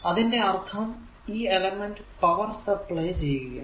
അതിന്റെ അർഥം ഈ എലമെന്റ് പവർ സപ്ലൈ ചെയ്യുകയാണ്